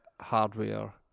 hardware